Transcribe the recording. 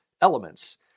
elements